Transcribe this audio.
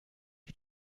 you